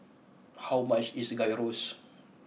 how much is Gyros